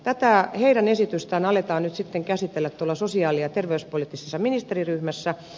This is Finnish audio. tätä heidän esitystään aletaan nyt sitten käsitellä sosiaali ja terveyspoliittisessa ministeriryhmässä